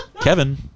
Kevin